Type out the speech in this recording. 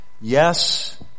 Yes